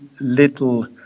little